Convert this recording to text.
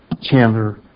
Chandler